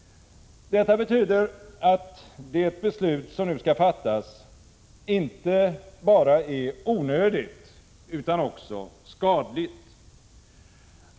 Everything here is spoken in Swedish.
Detta betyder att det beslut som nu skall fattas inte bara är onödigt utan också skadligt.